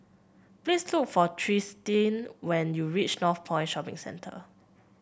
please look for Tristin when you reach Northpoint Shopping Centre